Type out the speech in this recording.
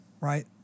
right